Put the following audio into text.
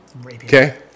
Okay